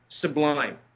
sublime